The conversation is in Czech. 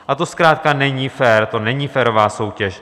A to zkrátka není fér, to není férová soutěž.